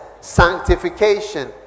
sanctification